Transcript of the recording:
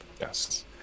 yes